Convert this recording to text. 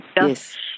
yes